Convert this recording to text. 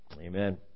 Amen